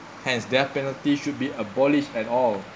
hence death penalty should be abolished at all